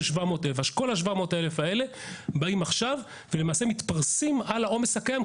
זה 700,000. כל ה-700,000 האלה באים עכשיו ומתפרסים על העומס הקיים,